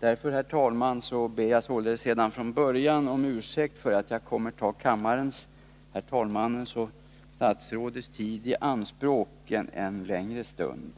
Därför, herr talman, ber jag redan från början om ursäkt för att jag kommer att ta kammarens, herr talmannens och statsrådets tid i anspråk en längre stund.